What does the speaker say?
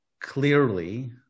clearly